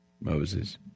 Moses